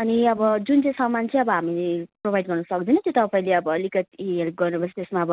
अनि अब जुन चाहिँ सामान चाहिँ अब हामीले प्रोभाइड गर्नु सक्दैनौँ त्यो तपाईँले अब अल्कति हेल्प गर्नु पर्छ त्यसमा अब